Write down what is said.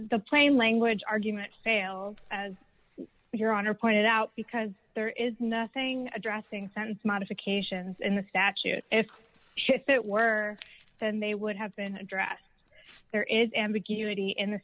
the plain language argument failed as your honor pointed out because there is nothing addressing sentence modifications in the statute if it were then they would have been addressed there is ambiguity in the